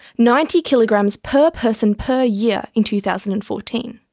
ninety kilograms per person per year in two thousand and fourteen.